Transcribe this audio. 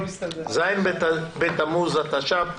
ז' בתמוז התש"ף,